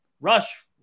rush